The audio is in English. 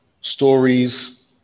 stories